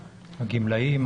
הגמלאים,